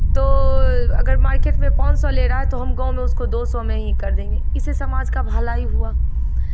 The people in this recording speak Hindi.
तो अगर मार्केट में पाँच सौ ले रहा है तो गाँव में हम उसको दो सौ में ही कर देंगे इसे समाज का भलाई हुआ